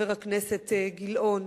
חבר הכנסת גילאון,